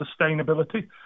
sustainability